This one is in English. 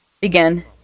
begin